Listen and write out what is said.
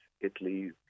Italy